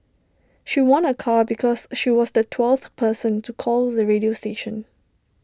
she won A car because she was the twelfth person to call the radio station